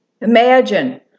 Imagine